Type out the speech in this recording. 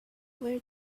where